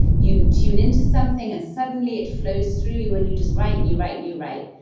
you tune into something and suddenly it flows through you and you just write and you write and you write.